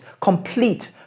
complete